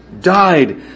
died